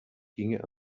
ginge